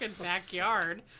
backyard